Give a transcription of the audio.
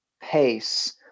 pace